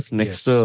next